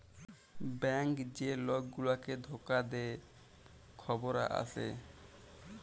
bank যে lock গুলাকে ধকা দে খবরে আসে